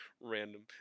random